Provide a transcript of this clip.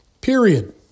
period